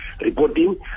reporting